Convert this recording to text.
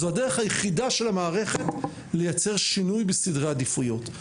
זאת הדרך היחידה של המערכת לייצר שינוי בסדרי עדיפויות.